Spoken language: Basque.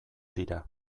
dira